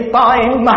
time